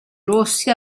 rossi